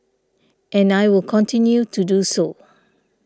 and I will continue to do so